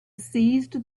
seized